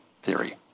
theory